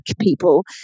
people